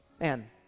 Man